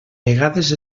vegades